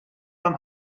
dann